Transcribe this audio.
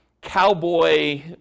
cowboy